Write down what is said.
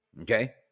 Okay